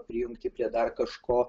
prijungti prie dar kažko